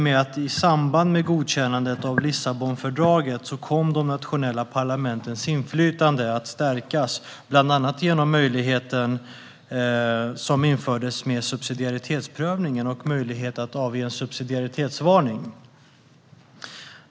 I samband med godkännandet av Lissabonfördraget kom de nationella parlamentens inflytande att stärkas, bland annat genom möjligheten som infördes med subsidiaritetsprövningen och möjligheten att avge en subsidiaritetsvarning.